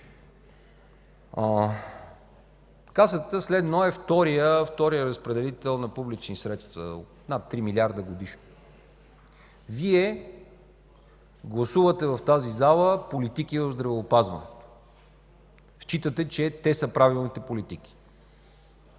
Касата следно е вторият разпределител на публични средства, от над 3 млрд. годишно. Вие гласувате в тази зала политики в здравеопазването, считате, че те са правилните политики.